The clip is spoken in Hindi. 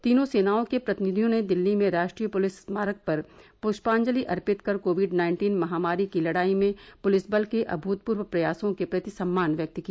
तीनों सेनाओं के प्रतिनिधियों ने दिल्ली में राष्ट्रीय पुलिस स्मारक पर पुष्पांजलि अर्पित कर कोविड नाइन्टीन महामारी की लड़ाई में पुलिस बल के अभूतपूर्व प्रयासों के प्रति सम्मान व्यक्त किया